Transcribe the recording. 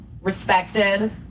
respected